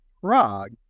Prague